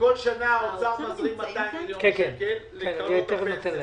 כל שנה האוצר מזרים 200 מיליון שקל לקרנות הפנסיה.